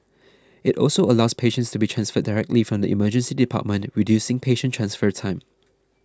it also allows patients to be transferred directly from the Emergency Department reducing patient transfer time